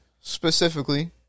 specifically